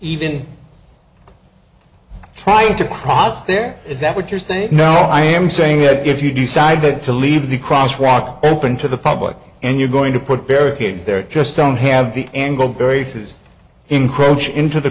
even trying to cross there is that what you're saying no i am saying that if you decide to leave the crosswalk open to the public and you're going to put barricades there just don't have the angle barry says encroach into the